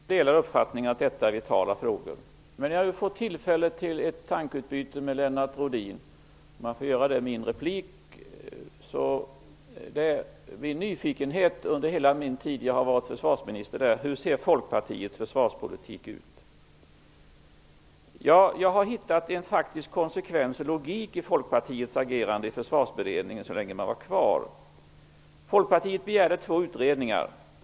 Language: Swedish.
Fru talman! Jag kan dela uppfattningen att det här är vitala frågor. Men när jag nu får tillfälle till ett tankeutbyte med Lennart Rohdin vill jag, om jag får göra det i mitt inlägg, säga att min nyfikenhet under hela min tid som försvarsminister gällt frågan: Hur ser Jag har hittat en faktisk konsekvens och logik i Folkpartiets agerande i Försvarsberedningen så länge man var kvar. Folkpartiet begärde två utredningar.